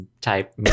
type